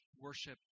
worship